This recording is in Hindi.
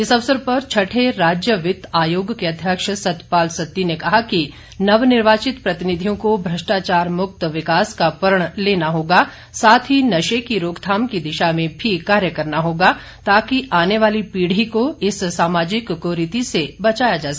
इस अवसर पर छठें राज्य वित्त आयोग के अध्यक्ष सतपाल सत्ती ने कहा कि नव निर्वाचित प्रतिनिधियों को भ्रष्टाचार मुक्त विकास का प्रण लेना होगा साथ ही नशे की रोकथाम की दिशा में भी कार्य करना होगा ताकि आने वाली पीढ़ी को इस सामाजिक कुरीति से बचाया जा सके